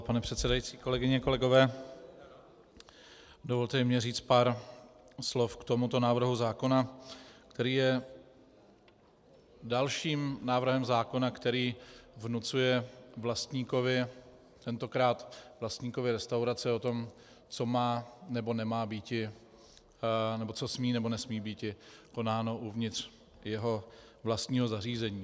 Pane předsedající, kolegyně, kolegové, dovolte i mně říct pár slov k tomuto návrhu zákona, který je dalším návrhem zákona, který vnucuje vlastníkovi, tentokrát vlastníkovi restaurace, co má nebo nemá býti, nebo co smí nebo nesmí býti konáno uvnitř jeho vlastního zařízení.